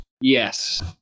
Yes